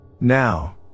Now